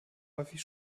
häufig